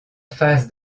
phase